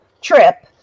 trip